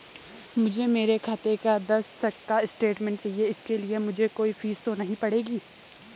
मुझे मेरे खाते का दस तक का स्टेटमेंट चाहिए इसके लिए मुझे कोई फीस तो नहीं पड़ेगी?